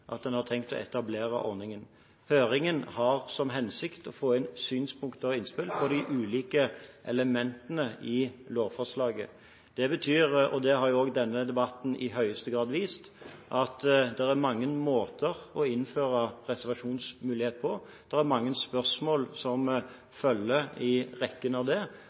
at en har tenkt å etablere ordningen. Høringen har som hensikt å få inn synspunkter og innspill på de ulike elementene i lovforslaget. Det betyr – og det har også denne debatten i høyeste grad vist – at det er mange måter å innføre reservasjonsmulighet på. Det er mange spørsmål som følger i rekken av det.